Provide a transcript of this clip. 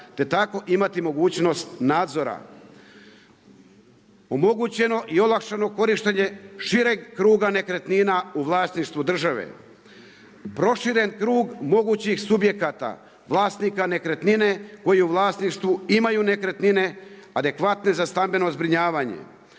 te tako imati mogućnost nadzora. Omogućeno i olakšano korištenje šireg kruga nekretnina u vlasništvu države. Proširen krug mogućih subjekata vlasnika nekretnine koji u vlasništvu imaju nekretnine adekvatne za stambeno zbrinjavanje.